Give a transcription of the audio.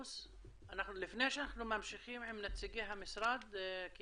לפני שאנחנו ממשיכים עם נציגי המשרד נפנה לעלא גנטוס,